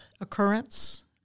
occurrence